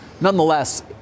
Nonetheless